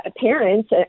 parents